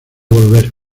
volver